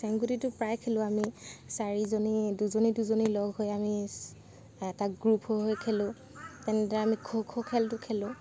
চেংগুটিতো প্ৰায়ে খেলোঁ আমি চাৰিজনী দুজনী দুজনী লগ হৈ আমি এটা গ্ৰুপ হৈ হৈ খেলোঁ তেনেদৰে আমি খো খো খেলটো খেলোঁ